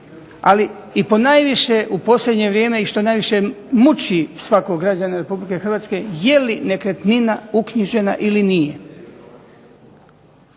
ali ponajviše u posljednje vrijeme i što najviše muči svakog građanina RH jeli nekretnina uknjižena ili nije.